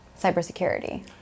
cybersecurity